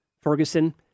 Ferguson